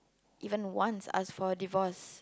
even once ask for a divorce